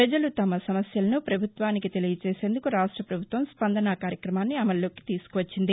ప్రజలు తమ సమస్యలను ప్రభుత్వానికి తెలియ చేసేందుకు రాష్ట ప్రభుత్వం స్పందన కార్యక్రమాన్ని అమల్లోకి తీసుకు వచ్చింది